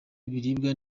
ibiribwa